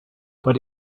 but